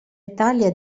italia